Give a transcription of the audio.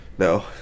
No